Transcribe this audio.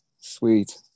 Sweet